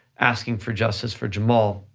asking for justice for jamal,